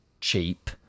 cheap